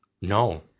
No